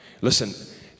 Listen